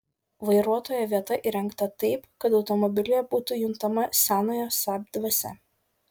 vairuotojo vieta įrengta taip kad automobilyje būtų juntama senoji saab dvasia